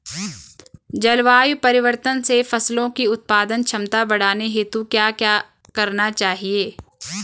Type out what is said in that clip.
जलवायु परिवर्तन से फसलों की उत्पादन क्षमता बढ़ाने हेतु क्या क्या करना चाहिए?